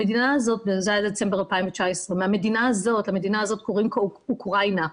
זה היה דצמבר 2019. למדינה הזאת קוראים אוקראינה,